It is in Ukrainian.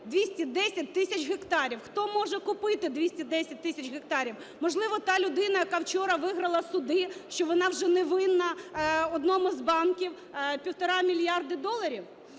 210 тисяч гектарів. Хто може купити 210 тисяч гектарів? Можливо, та людина, яка вчора виграла суди, що вона вже не винна одному з банків 1,5 мільярди доларів?